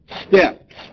steps